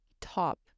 top